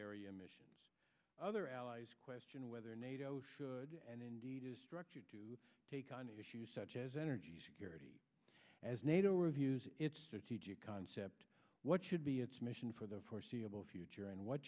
area missions other allies question whether nato should and indeed structured to take on issues such as energy security as nato reviews its strategic concept what should be its mission for the foreseeable future and what